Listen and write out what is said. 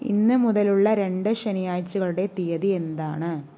ഇന്ന് മുതലുള്ള രണ്ട് ശനിയാഴ്ചകളുടെ തീയതി എന്താണ്